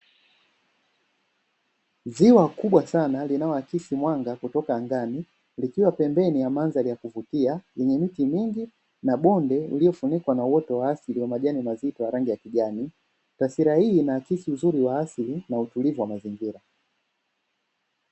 Ziwa kubwa sana linaloakisi mwanga kutoka angani likiwa pembeni ya mandhari ya kuvutia yenye miti mingi na bonde lililofunikwa na uoto wa asili wa majani mazito ya rangi ya kijani, taswira hii inaakisi wa uzuri wa asili na utulivu wa mazingira.